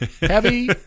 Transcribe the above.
Heavy